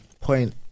point